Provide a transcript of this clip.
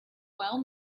well